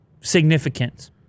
significance